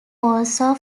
also